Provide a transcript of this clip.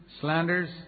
slanders